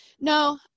no